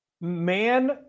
man